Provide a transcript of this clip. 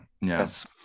yes